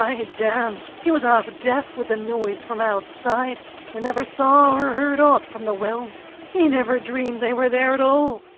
ah damme, he was ah half-deaf with the noise from outside and never saw or heard aught from the wells! he never dreamed they were there at all!